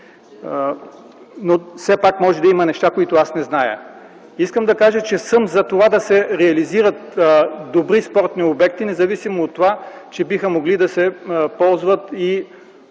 Все пак може да има неща, които аз не зная. Искам да кажа, че аз съм „за” това да се реализират добри спортни обекти, независимо че биха могли да се ползват и